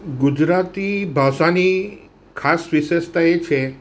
ગુજરાતી ભાષાની ખાસ વિશેષતા એ છે